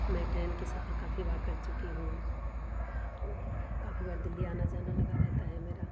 मैं ट्रेन का सफर काफ़ी बार कर चुकी हूँ काफ़ी बार दिल्ली आना जाना लगा रहता है मेरा